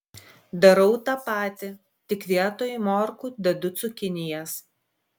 darau tą patį tik vietoj morkų dedu cukinijas